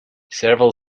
several